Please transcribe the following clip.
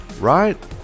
Right